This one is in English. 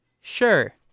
sure